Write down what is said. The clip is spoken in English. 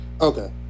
Okay